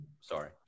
Sorry